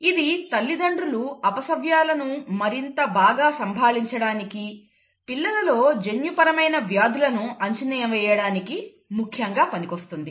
ఇది తల్లిదండ్రులు అపసవ్యాలను మరింత బాగా సంభాళించడానికి పిల్లలలో జన్యుపరమైన వ్యాధులను అంచనావేయడానికి ముఖ్యంగా పనికొస్తుంది